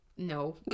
No